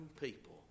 people